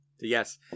Yes